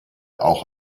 auch